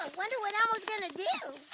ah wonder what elmo's gonna do.